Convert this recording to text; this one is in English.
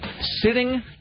sitting